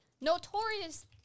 notorious